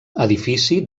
edifici